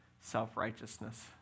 self-righteousness